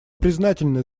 признательны